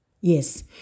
Yes